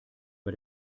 bei